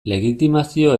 legitimazio